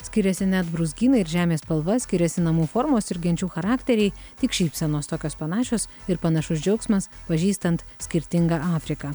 skiriasi net brūzgynai ir žemės spalva skiriasi namų formos ir genčių charakteriai tik šypsenos tokios panašios ir panašus džiaugsmas pažįstant skirtingą afriką